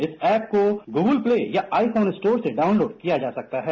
इस ऐप को Google Play या आईफोन स्टोर से डाउनलोड किया जा सकता है